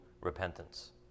repentance